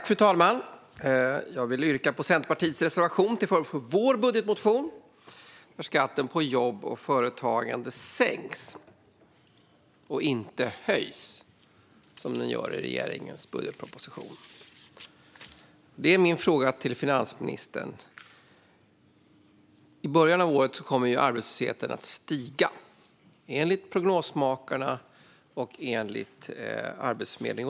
Fru talman! Jag vill yrka bifall till Centerpartiets reservationer till förmån för Centerpartiets budgetmotion, där skatten på jobb och företagande sänks och inte höjs, som den gör i regeringens budgetproposition. I början av året kommer arbetslösheten att stiga, enligt prognosmakarna och Arbetsförmedlingen.